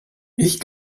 ich